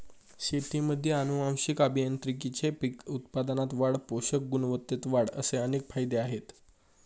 शेतीमध्ये आनुवंशिक अभियांत्रिकीचे पीक उत्पादनात वाढ, पोषक गुणवत्तेत वाढ असे अनेक फायदे आहेत